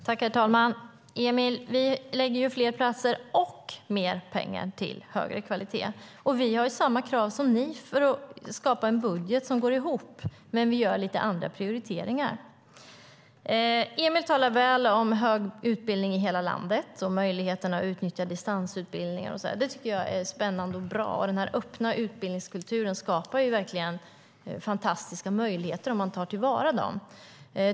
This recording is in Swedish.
Herr talman! Vi lägger fler platser och mer pengar till högre kvalitet, Emil. Och vi har samma krav som ni för att skapa en budget som går ihop. Men vi gör lite andra prioriteringar. Emil talar väl om hög utbildning i hela landet och möjligheten att utnyttja distansutbildning. Det tycker jag är spännande och bra. Den öppna utbildningskulturen skapar verkligen fantastiska möjligheter, om man tar till vara dem.